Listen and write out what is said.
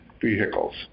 vehicles